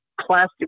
plastic